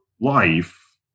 life